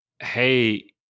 hey